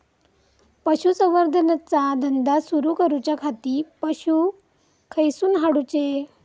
पशुसंवर्धन चा धंदा सुरू करूच्या खाती पशू खईसून हाडूचे?